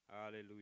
Hallelujah